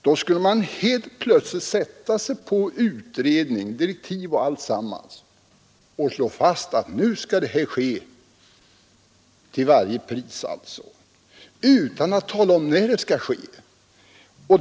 Då skall man plötsligt sätta sig på utredning, direktiv och alltsammans och slå fast att nu skall det här ske till varje pris — utan att man talar om när det skall ske och på vilka villkor.